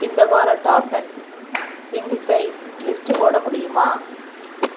இந்த வார top ten சிங்கிள்ஸை லிஸ்ட்டு போட முடியுமா